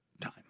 time